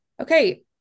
okay